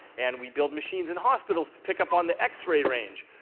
and we built machines in hospitals to pick up on the x-ray range.